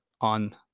on